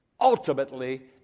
ultimately